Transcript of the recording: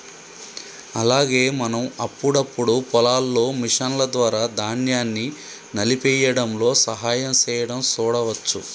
అలాగే మనం అప్పుడప్పుడు పొలాల్లో మిషన్ల ద్వారా ధాన్యాన్ని నలిపేయ్యడంలో సహాయం సేయడం సూడవచ్చు